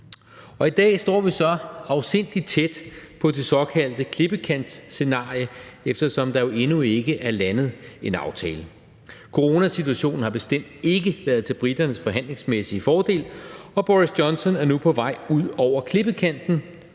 I dag står vi så afsindig tæt på det såkaldte klippekantsscenarie, eftersom der jo endnu ikke er landet en aftale. Coronasituationen har bestemt ikke været til briternes forhandlingsmæssige fordel, og Boris Johnson er nu på vej ud over klippekanten